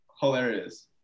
hilarious